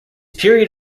period